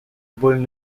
bolj